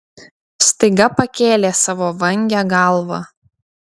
staiga pakėlė savo vangią galvą